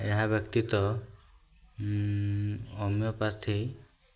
ଏହା ବ୍ୟତିତ ହୋମିଓପାଥି